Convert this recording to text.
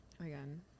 again